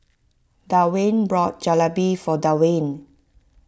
Dwaine bought Jalebi for Dewayne